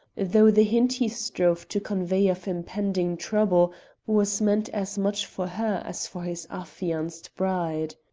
though the hint he strove to convey of impending trouble was meant as much for her as for his affianced bride.